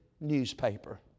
newspaper